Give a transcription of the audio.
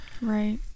right